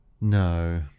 No